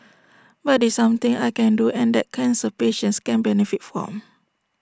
but this something I can do and that cancer patients can benefit from